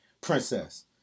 princess